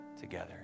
together